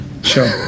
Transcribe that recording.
sure